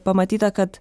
pamatyta kad